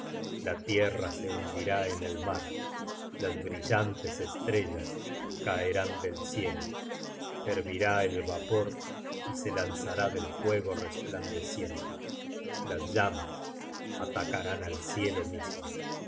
la tierra se hundirá en el mar las brillantes estrellas caerán del cielo hervirá el vapor y se lanzará del fuego resplandeciente las llamas atacarán al cielo mismo